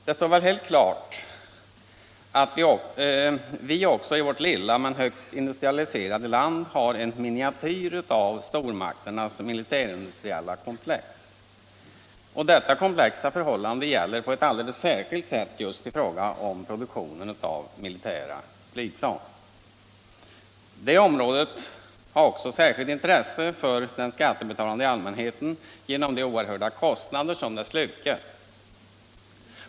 Det står väl helt klart att vi också i vårt lilla, men högt industriellt utvecklande land har en miniatyr av stormaktens militärindustriella komplex. Detta komplexa förhållande gäller på ett alldeles särskilt sätt just i fråga om produktion av militära flygplan. Det området har också särskilt intresse för den skattebetalande allmänheten genom de oerhörda kostnader det slukar.